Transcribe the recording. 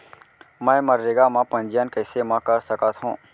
मैं मनरेगा म पंजीयन कैसे म कर सकत हो?